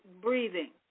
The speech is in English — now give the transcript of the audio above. breathing